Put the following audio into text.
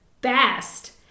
best